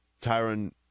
Tyron